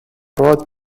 road